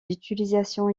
d’utilisation